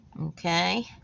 Okay